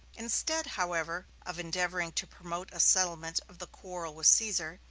instead, however, of endeavoring to promote a settlement of the quarrel with caesar,